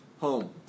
home